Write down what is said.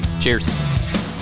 Cheers